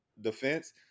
defense